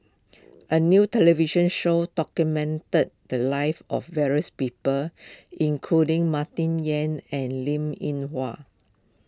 a new television show documented the lives of various people including Martin Yan and Linn in Hua